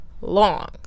long